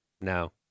No